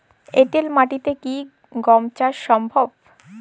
এঁটেল মাটিতে কি গম চাষ সম্ভব?